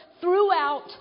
throughout